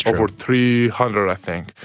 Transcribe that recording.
over three hundred, i think,